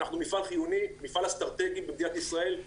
אנחנו מפעל חיוני, מפעל אסטרטגי במדינת ישראל.